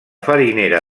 farinera